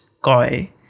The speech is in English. Koi